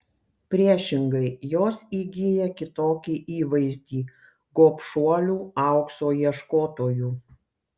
priešingai jos įgyja kitokį įvaizdį gobšuolių aukso ieškotojų